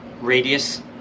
radius